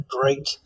great